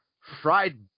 Fried